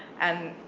and,